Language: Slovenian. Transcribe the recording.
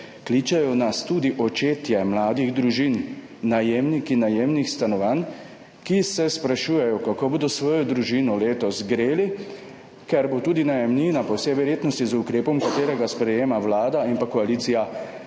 kličejo nas tudi očetje mladih družin, najemniki najemnih stanovanj, ki se sprašujejo, kako bodo svojo družino letos greli, ker bo tudi najemnina po vsej verjetnosti z ukrepom, katerega sprejema Vlada in pa koalicija,